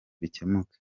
bikemuke